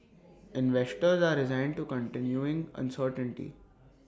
investors are resigned to continuing uncertainty